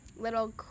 little